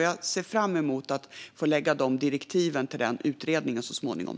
Jag ser fram emot att få ge direktiv till den utredningen så småningom.